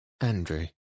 Andrew